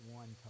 one